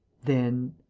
then?